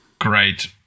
Great